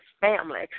family